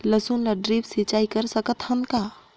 लसुन ल ड्रिप सिंचाई कर सकत हन का?